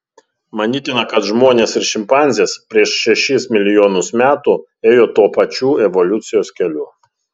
manytina kad žmonės ir šimpanzės prieš šešis milijonus metų ėjo tuo pačiu evoliucijos keliu